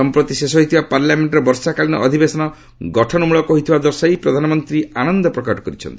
ସମ୍ପ୍ରତି ଶେଷ ହୋଇଥିବା ପାର୍ଲାମେଣ୍ଟର ବର୍ଷାକାଳୀନ ଅଧିବେଶନ ଗଠନ ମୂଳକ ହୋଇଥିବା ଦର୍ଶାଇ ପ୍ରଧାନମନ୍ତ୍ରୀ ଆନନ୍ଦ ପ୍ରକଟ କରିଛନ୍ତି